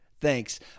Thanks